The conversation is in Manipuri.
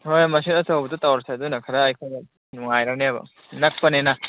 ꯍꯣꯏ ꯃꯁꯤꯠ ꯑꯆꯧꯕꯗ ꯇꯧꯔꯁꯦ ꯑꯗꯨꯅ ꯈꯔ ꯑꯩꯈꯣꯏꯗ ꯅꯨꯡꯉꯥꯏꯔꯅꯦꯕ ꯅꯛꯄꯅꯤꯅ